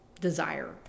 desire